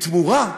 בתמורה,